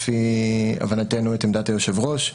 לפי הבנתנו את עמדת היושב ראש,